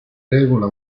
regola